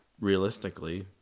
realistically